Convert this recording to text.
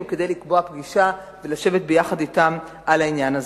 כדי לקבוע פגישה ולשבת אתם על העניין הזה.